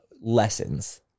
lessons